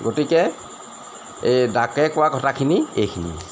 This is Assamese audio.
গতিকে এই ডাকে কোৱা কথাখিনি এইখিনিয়ে